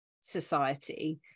society